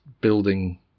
building